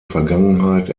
vergangenheit